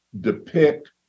depict